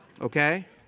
Okay